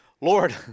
Lord